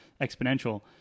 exponential